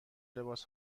لباس